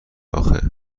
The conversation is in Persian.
آخه